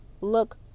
look